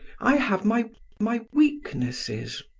i have my my weaknesses.